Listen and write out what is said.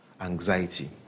anxiety